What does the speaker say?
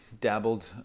dabbled